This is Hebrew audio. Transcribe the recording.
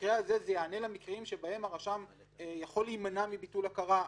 שבמקרה הזה זה יענה למקרים שבהם הרשם יכול להימנע מביטול הכרה,